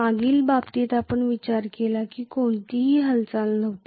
मागील बाबतीत आपण विचार केला की कोणतीही हालचाल नव्हती